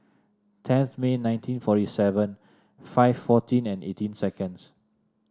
tenth May nineteen forty seven five fourteen and eighteen seconds